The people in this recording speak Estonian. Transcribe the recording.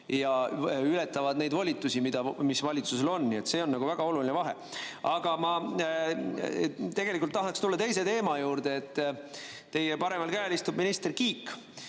ületavad volitusi, mis valitsusel on. See on väga oluline vahe. Aga ma tegelikult tahaksin tulla teise teema juurde. Teie paremal käel istub minister Kiik.